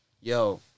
yo